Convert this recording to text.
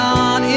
on